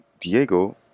Diego